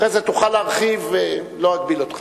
אחרי זה תוכל להרחיב, לא אגביל אותך.